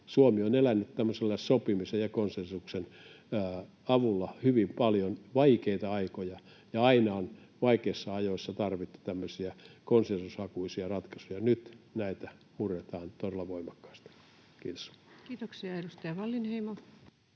Suomi on elänyt tämmöisen sopimisen ja konsensuksen avulla hyvin paljon vaikeita aikoja, ja aina on vaikeina aikoina tarvittu tämmöisiä konsensushakuisia ratkaisuja — nyt näitä murretaan todella voimakkaasti. — Kiitos. Kiitoksia. — Edustaja Wallinheimo.